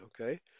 okay